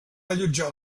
allotjar